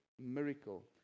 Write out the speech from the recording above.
miracle